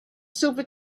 silver